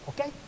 okay